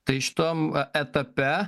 tai šitam etape